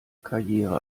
karriere